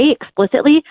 explicitly